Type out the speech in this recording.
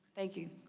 thank you.